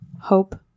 Hope